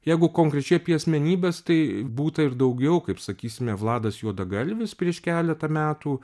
jeigu konkrečiai apie asmenybes tai būta ir daugiau kaip sakysime vladas juodagalvis prieš keletą metų